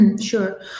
Sure